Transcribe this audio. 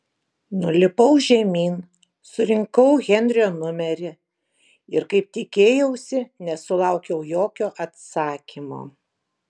nulipau žemyn surinkau henrio numerį ir kaip tikėjausi nesulaukiau jokio atsakymo